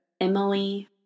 Emily